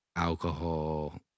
alcohol